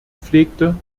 pflegte